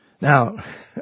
Now